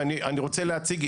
ואני רוצה להציג,